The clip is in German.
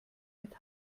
mit